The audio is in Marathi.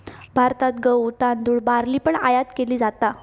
भारतात गहु, तांदुळ, बार्ली पण आयात केली जाता